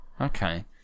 Okay